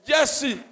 Jesse